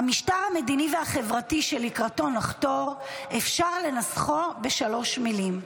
"המשטר המדיני והחברתי שלקראתו נחתור אפשר לנסחו בשלוש מילים: